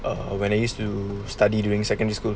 uh when I used to study during secondary school